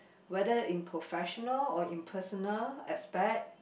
whether in professional or in personal aspect